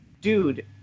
Dude